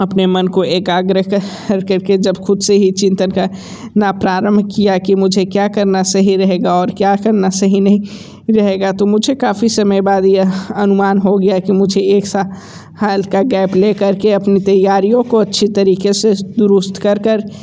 अपने मन को एकाग्र करके जब खुद से ही चिंतन का प्रारंभ किया कि मुझे क्या करना सही रहेगा और क्या करना सही नहीं रहेगा तो मुझे काफ़ी समय बाद यह अनुमान हो गया कि मुझे एक सा ल का गैप लेकर के अपनी तैयारीयों को अच्छी तरीके से दुरुस्त कर कर